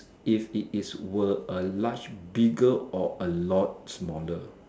if it is a were a large bigger or a lot smaller